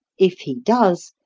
if he does,